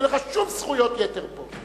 אין לך שום זכויות יתר פה.